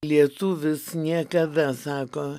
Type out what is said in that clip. lietuvis niekada sako